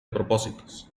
propósitos